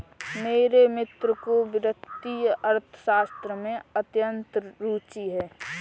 मेरे मित्र को वित्तीय अर्थशास्त्र में अत्यंत रूचि है